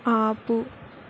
ఆపు